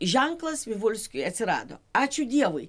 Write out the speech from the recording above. ženklas vivulskiui atsirado ačiū dievui